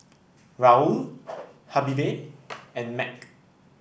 Raoul Habibie and Mac